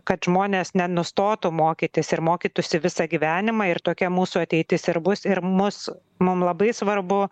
kad žmonės nenustotų mokytis ir mokytųsi visą gyvenimą ir tokia mūsų ateitis ir bus ir mus mum labai svarbu